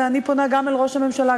ואני פונה גם אל ראש הממשלה,